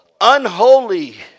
unholy